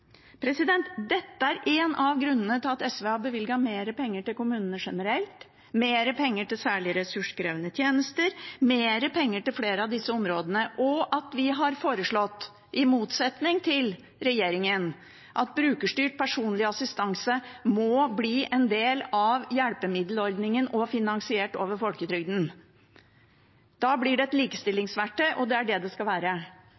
Dette er en av grunnene til at SV har bevilget mer penger til kommunene generelt, mer penger til særlig ressurskrevende tjenester, mer penger til flere av disse områdene, og at vi har foreslått, i motsetning til regjeringen, at brukerstyrt personlig assistanse må bli en del av hjelpemiddelordningen og finansiert over folketrygden. Da blir det et likestillingsverktøy, og det er det det skal være.